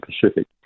Pacific